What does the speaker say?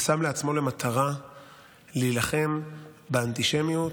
ששם לעצמו למטרה להילחם באנטישמיות.